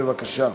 בבקשה.